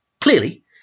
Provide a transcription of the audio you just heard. clearly